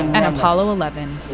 and apollo eleven.